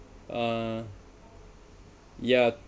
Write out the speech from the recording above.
uh yeah